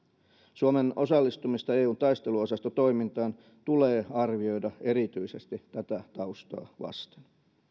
suomen osallistumista eun taisteluosastotoimintaan tulee arvioida erityisesti tätä taustaa vasten